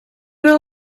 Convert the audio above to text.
wel